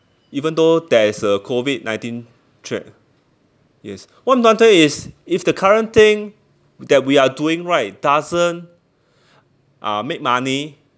even though there is a COVID nineteen threat yes what I'm trying to say is if the current thing that we are doing right doesn't uh make money